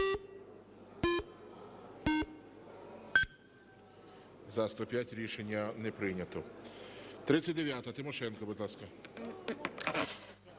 За-105 Рішення не прийнято. 39-а. Тимошенко, будь ласка.